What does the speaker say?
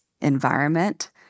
environment